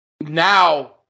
now